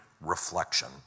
reflection